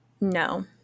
No